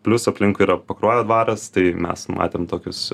plius aplinkui yra pakruojo dvaras tai mes matėm tokius